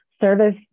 service